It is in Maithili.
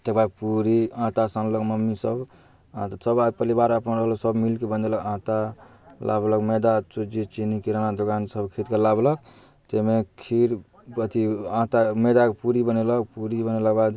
तकर बाद पूड़ी आटा सानलक मम्मीसभ आओर सभ परिवार अपन मिलिकऽ बनेलक आटा लाबलक मैदा सुज्जी चिन्नी किराना दोकानसँ खरिदके लाबलक ताहिमे खीर अथी आटा मैदाके पूड़ी बनेलक पूड़ी बनेलाके बाद